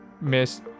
miss